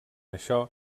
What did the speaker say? això